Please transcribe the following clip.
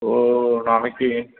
ஓ நாளைக்கு